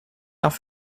off